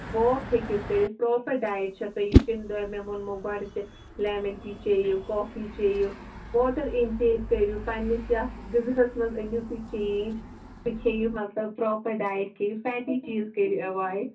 walk ہیٚکِو کٔرِتھ proper diet چھےٚ تُہۍ یِتھٕ کٔنۍ تۅہہِ مےٚ ووٚنمو گۄڈٕ تہِ لٮ۪مَن ٹی چیٚیِو کافی چیٚیِو واٹَر اِن ٹیک کٔرِو پنٕنِس یَتھ غذہَس منٛز أنِو تُہۍ چینٛج سُہ کھیٚیِو مطلب پرٛاپَر ڈایِٹ کھیٚیِو فیٹی چیٖز کٔرِو ایوایِڈ